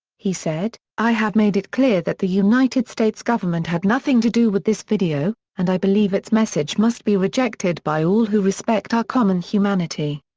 he said, i have made it clear that the united states government had nothing to do with this video, and i believe its message must be rejected by all who respect our common humanity.